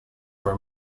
were